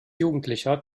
jugendlicher